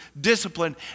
discipline